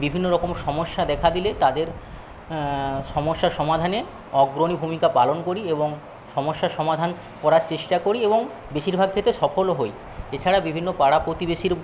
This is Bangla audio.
বিভিন্নরকম সমস্যা দেখা দিলে তাদের সমস্যা সমাধানে অগ্রণী ভূমিকা পালন করি এবং সমস্যা সমাধান করার চেষ্টা করি এবং বেশীরভাগ ক্ষেত্রে সফলও হই এছাড়া বিভিন্ন পাড়া প্রতিবেশীর